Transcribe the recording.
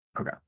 Okay